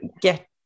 get